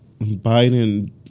Biden